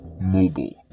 Mobile